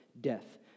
death